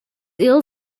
ill